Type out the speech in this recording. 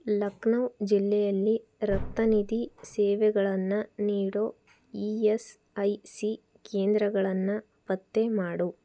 ಲಖನೌ ಜಿಲ್ಲೆಯಲ್ಲಿ ರಕ್ತನಿಧಿ ಸೇವೆಗಳನ್ನು ನೀಡೋ ಇ ಎಸ್ ಐ ಸಿ ಕೇಂದ್ರಗಳನ್ನು ಪತ್ತೆ ಮಾಡು